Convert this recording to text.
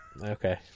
Okay